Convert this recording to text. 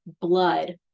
blood